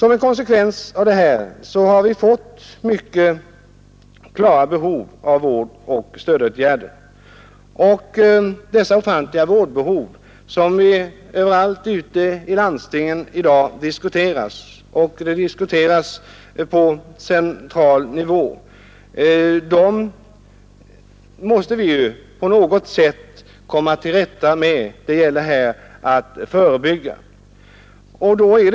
En konsekvens av detta har blivit hela detta ofantliga behov av vård och stödåtgärder som överallt ute i landstingen och på central nivå i dag diskuteras. De stödåtgärderna måste vi på något sätt komma till rätta med genom en förebyggande verksamhet.